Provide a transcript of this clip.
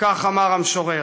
וכך אמר המשורר: